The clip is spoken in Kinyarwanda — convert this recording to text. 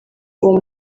uwo